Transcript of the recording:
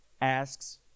asks